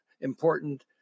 important